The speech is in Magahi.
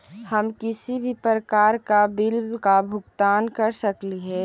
हम किसी भी प्रकार का बिल का भुगतान कर सकली हे?